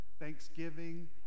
Thanksgiving